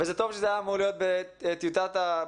וזה טוב שזה היה אמור להיות בחוק ההסדרים.